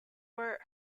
were